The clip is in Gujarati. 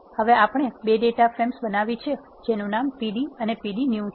હવે આપણે 2 ડેટા ફ્રેમ્સ બનાવી છે જેનું નામ pd અને pd new છે